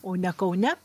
o ne kaune